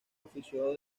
ofició